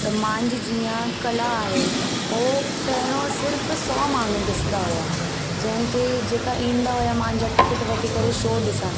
त मुंहिंजी जीअं कला आहे उहो पहिरों सिर्फ़ सौ माण्हू ॾिसंदा हुआ जंहिंखें जेका ईंदा हुआ मुंहिंजा टिकिट वठी करे शो ॾिसणु